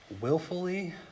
willfully